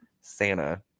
Santa